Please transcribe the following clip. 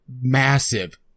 massive